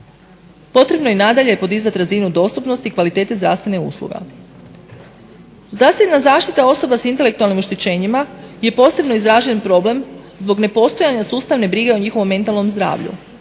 Potrebno je nadalje podizati razinu dostupnosti kvalitete zdravstvenih usluga. Zdravstvena zaštita osoba sa intelektualnim oštećenjima je posebno izražen problem zbog nepostojanja sustavne brige o njihovom mentalnom zdravlju,